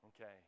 Okay